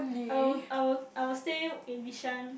I will I will I will stay in Bishan